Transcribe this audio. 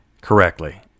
correctly